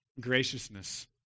graciousness